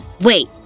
Wait